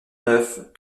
neuf